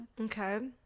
Okay